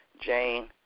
Jane